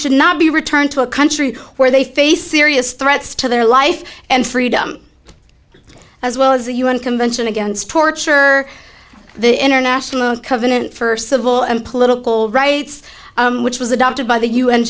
should not be returned to a country where they face serious threats to their life and freedom as well as a un convention against torture the international covenant for civil and political rights which was adopted by the u